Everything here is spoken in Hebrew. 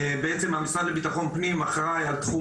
בעצם המשרד לביטחון פנים אחראי על תחום